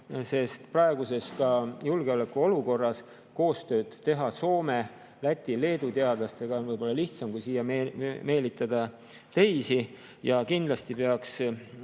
sest praeguses julgeolekuolukorras koostööd teha Soome, Läti ja Leedu teadlastega on võib-olla lihtsam kui siia meelitada teisi. Ja kindlasti peaks